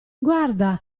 guarda